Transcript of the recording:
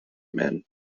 men